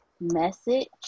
message